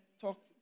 talk